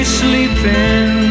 sleeping